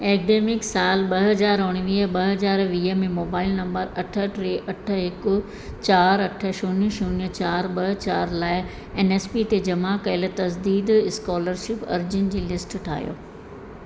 academic साल ॿ हज़ार उणिवीह ॿ हज़ार वीह में मोबाइल नंबर अठ टे अठ हिकु चारि अठ शून्य शून्य चारि ॿ चारि लाइ एन एस पी ते जमा कयल तज़दीद स्कोलरशिप अर्ज़ियुन जी लिस्ट ठाहियो